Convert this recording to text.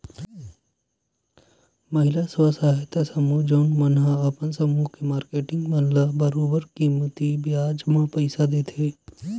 महिला स्व सहायता समूह जउन मन ह अपन समूह के मारकेटिंग मन ल बरोबर कमती बियाज म पइसा देथे